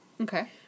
Okay